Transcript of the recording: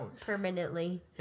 Permanently